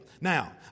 Now